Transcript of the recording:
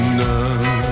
none